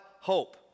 hope